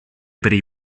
per